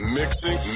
mixing